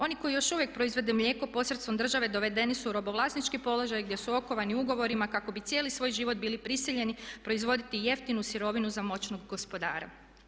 Oni koji još uvijek proizvode mlijeko posredstvom države dovedeni su u robovlasnički položaj gdje su okovani ugovorima kako bi cijeli svoj život bili prisiljeni proizvoditi jeftinu sirovinu za moćnog gospodara.